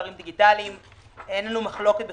אין מחלוקת בעניין.